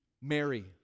Mary